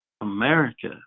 America